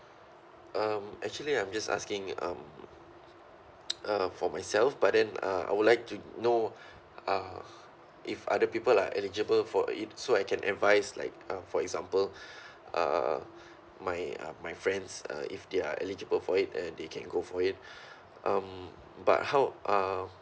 um actually I'm just asking um uh for myself but then uh I would like to know uh if other people are eligible for it so I can advise like uh for example uh my uh my friends uh if they are eligible for it and they can go for it um but how uh